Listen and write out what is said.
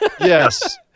yes